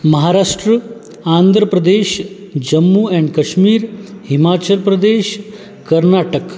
Maharashtra Andhra Pradesh Jammu and Kashmir Himachal Pradesh Karnataka